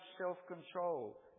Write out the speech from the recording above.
self-control